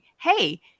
Hey